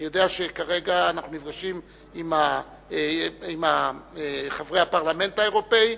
אני יודע שכרגע אנחנו נפגשים עם חברי הפרלמנט האירופי,